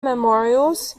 memorials